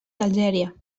algèria